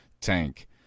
tank